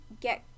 get